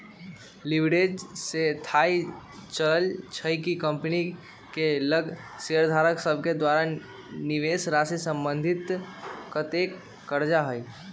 leverage से थाह चलइ छइ कि कंपनी के लग शेयरधारक सभके द्वारा निवेशराशि संबंधित कतेक करजा हइ